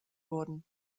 wurden